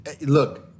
Look